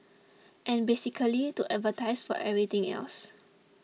and basically to advertise for everything else